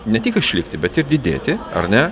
ne tik išlikti bet ir didėti ar ne